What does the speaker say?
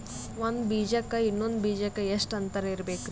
ಒಂದ್ ಬೀಜಕ್ಕ ಇನ್ನೊಂದು ಬೀಜಕ್ಕ ಎಷ್ಟ್ ಅಂತರ ಇರಬೇಕ್ರಿ?